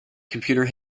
computer